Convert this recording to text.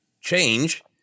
change